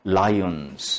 lions